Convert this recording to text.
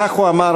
כך הוא אמר,